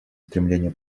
стремление